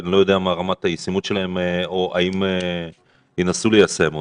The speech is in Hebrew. אני לא יודע מה רמת הישימות שלהם או האם ינסו ליישם אותם,